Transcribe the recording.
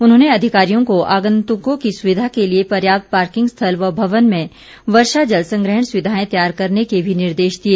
उन्होंने अधिकारियों को आंगतुकों की सुविधा के लिए पर्याप्त पार्किंग स्थल व भवन में वर्षा जल संग्रहण सुविधाएं तैयार करने के भी निर्देश दिए